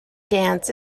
dance